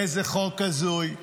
איזה חוק הזוי.